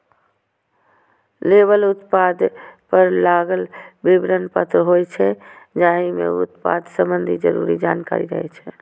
label उत्पाद पर लागल विवरण पत्र होइ छै, जाहि मे उत्पाद संबंधी जरूरी जानकारी रहै छै